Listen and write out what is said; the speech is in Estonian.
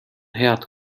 head